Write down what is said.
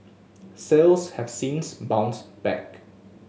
sales have since bounced back